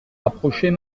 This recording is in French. approchait